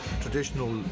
traditional